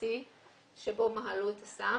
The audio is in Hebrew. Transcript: הבעייתי שבו מהלו את הסם,